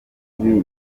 bubi